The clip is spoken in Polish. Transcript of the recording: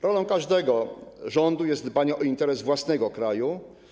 Rolą każdego rządu jest dbanie o interes własnego kraju.